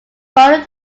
following